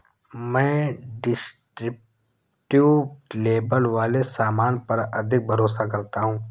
मैं descriptive label वाले सामान पर अधिक भरोसा करता हूं